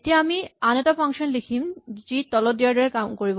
এতিয়া আমি আন এটা ফাংচন লিখিম যি তলত দিয়াৰ দৰে কৰিব